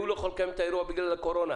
הוא לא יכול לקיים את האירוע בגלל הקורונה.